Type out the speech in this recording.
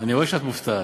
אני רואה שאת מופתעת.